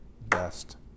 Best